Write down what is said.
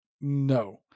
No